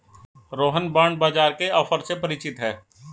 Rohan bond बाजार के offer से परिचित है